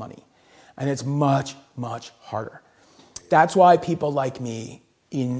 money and it's much much harder that's why people like me in